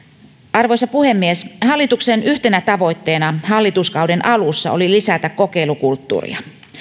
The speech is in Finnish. arvoisa puhemies hallituksen yhtenä tavoitteena hallituskauden alussa oli lisätä kokeilukulttuuria